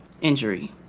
injury